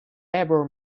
ever